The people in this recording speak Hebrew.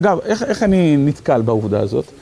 אגב, איך, איך אני נתקל בעבודה הזאת?